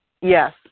Yes